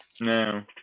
no